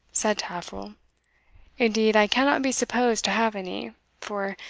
said taffril indeed i cannot be supposed to have any for,